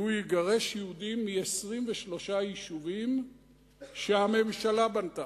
שהוא יגרש יהודים מ-23 יישובים שהממשלה בנתה,